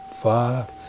five